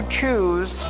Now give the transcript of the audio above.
choose